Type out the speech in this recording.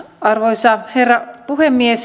arvoisa herra puhemies